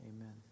amen